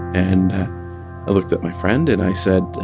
and i looked at my friend. and i said,